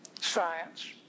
science